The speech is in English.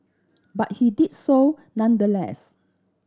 but he did so nonetheless